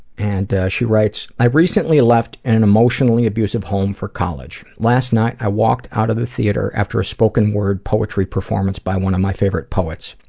and she writes, i recently left an emotionally abusive home for college. last night i walked out of the theatre after a spoken word poetry performance by one of my favorite poets.